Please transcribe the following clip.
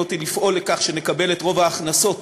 אותי לפעול לכך שנקבל את רוב ההכנסות